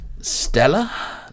Stella